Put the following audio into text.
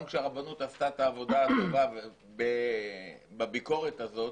גם כשהרבנות עשתה את העבודה הטובה בביקורת הזאת,